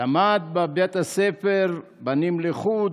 למד בבית הספר, בנים לחוד,